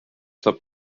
saab